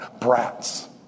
brats